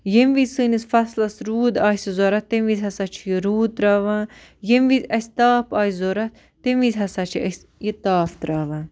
ییٚمہِ وِزِ سٲنِس فَصلَس روٗد آسہِ ضوٚرَتھ تَمہِ وِزِ ہسا چھُ یہِ روٗد ترٛاوان ییٚمہِ وِزِ اَسہِ تاپھ آسہِ ضوٚرَتھ تَمہِ وِزِ ہسا چھِ أسۍ یہِ تاف ترٛاوان